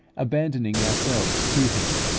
abandoning ourselves to him,